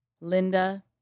Linda